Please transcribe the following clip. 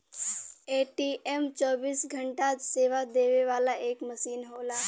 ATM चौबीस घंटा सेवा देवे वाला एक मसीन होला